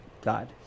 God